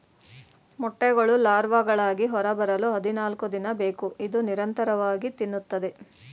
ಮೊಟ್ಟೆಗಳು ಲಾರ್ವಾಗಳಾಗಿ ಹೊರಬರಲು ಹದಿನಾಲ್ಕುದಿನ ಬೇಕು ಇದು ನಿರಂತರವಾಗಿ ತಿನ್ನುತ್ತದೆ